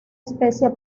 especie